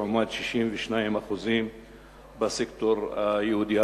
לעומת 62% בסקטור היהודי.